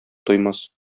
туймас